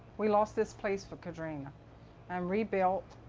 we lost this place for katrina and rebuilt.